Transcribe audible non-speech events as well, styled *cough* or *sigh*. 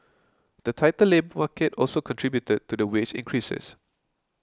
the tighter *unintelligible* market also contributed to the wage increases